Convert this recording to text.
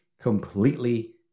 completely